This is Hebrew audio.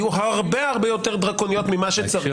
שבעיניי הן היו הרבה-הרבה יותר דרקוניות ממה שצריך.